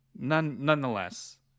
Nonetheless